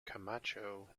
camacho